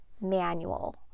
manual